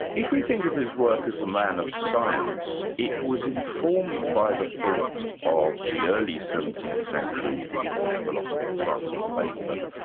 if we think of his work as a man of science, it was informed by the thought of the early seventeenth century english philosopher, francis bacon.